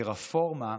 שרפורמה,